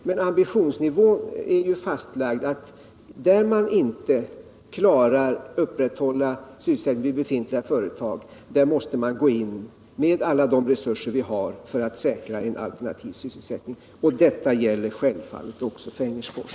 Men ambitionsnivån är fastlagd: Där man inte klarar att upprätthålla sysselsättningen vid befintliga företag måste vi gå in med alla de resurser vi har för att säkra en alternativ sysselsättning. Detta gäller självfallet också Fengersfors.